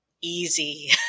easy